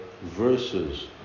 verses